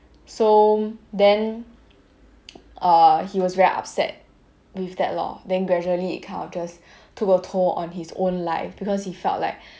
so then err he was very upset with that lor then gradually it kind of just took a toll on his own life because he felt like